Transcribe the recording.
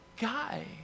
guy